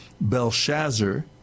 Belshazzar